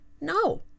No